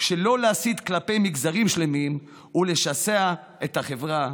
שלא להסית כלפי מגזרים שלמים ולשסע את החברה,